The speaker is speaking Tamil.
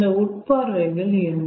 அந்த உட்பார்வைகள் என்ன